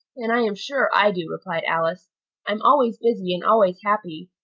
and i am sure i do, replied alice i'm always busy and always happy,